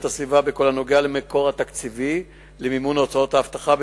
הסביבה בכל הנוגע למקור התקציבי למימון הוצאות האבטחה.